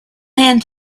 hand